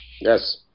Yes